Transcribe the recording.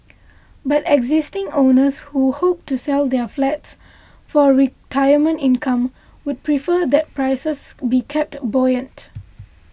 but existing owners who hope to sell their flats for retirement income would prefer that prices be kept buoyant